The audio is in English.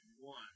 one